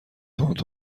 تند